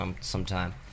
sometime